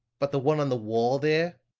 but the one on the wall there,